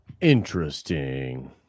Interesting